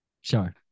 Sure